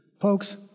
folks